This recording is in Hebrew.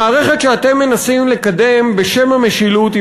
המערכת שאתם מנסים לקדם בשם המשילות היא